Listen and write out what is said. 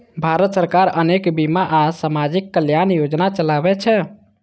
भारत सरकार अनेक बीमा आ सामाजिक कल्याण योजना चलाबै छै